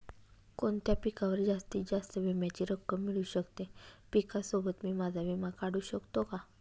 कोणत्या पिकावर जास्तीत जास्त विम्याची रक्कम मिळू शकते? पिकासोबत मी माझा विमा काढू शकतो का?